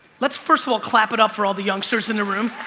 let's first of all, clap it up for all the youngsters in the room